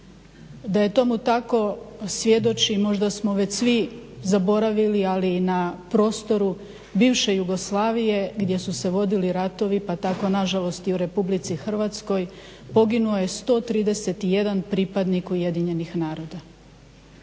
Da je tomu tako svjedoči, možda smo već svi zaboravili, ali i na prostoru bivše Jugoslavije gdje su se vodili ratovi, pa tako na žalost i u Republici Hrvatskoj, poginuo je 131 pripadnik Ujedinjenih naroda,